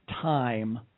time